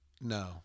No